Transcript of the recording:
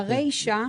ברישא,